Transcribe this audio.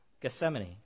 Gethsemane